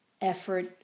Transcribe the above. effort